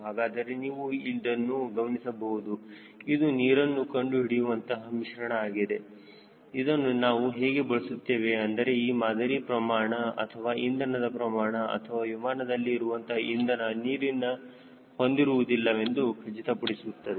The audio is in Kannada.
ಹಾಗಾದರೆ ನೀವು ಇದನ್ನು ಗಮನಿಸಬಹುದು ಇದು ನೀರನ್ನು ಕಂಡು ಹಿಡಿಯುವಂತಹ ಮಿಶ್ರಣ ಆಗಿದೆ ಇದನ್ನು ನಾವು ಹೇಗೆ ಬಳಸುತ್ತೇವೆ ಎಂದರೆ ಈ ಮಾದರಿ ಪ್ರಮಾಣ ಅಥವಾ ಇಂಧನದ ಪ್ರಮಾಣ ಅಥವಾ ವಿಮಾನನಲ್ಲಿ ಇರುವಂತಹ ಇಂಧನ ನೀರಿನ ಹೊಂದಿರುವುದಿಲ್ಲವೆಂದು ಖಚಿತಪಡಿಸುತ್ತದೆ